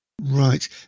right